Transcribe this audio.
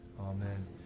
Amen